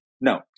No